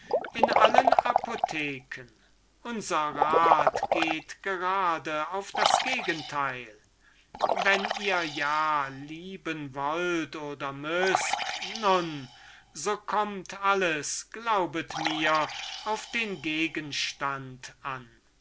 und in allen apotheken unser rat geht gerade auf das gegenteil wenn ihr ja lieben wollt oder müßt nun so kommt alles glaubet mir auf den gegenstand an findet